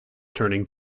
turning